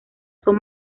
son